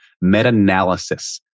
meta-analysis